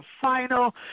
final